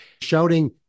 shouting